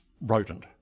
rodent